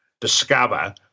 discover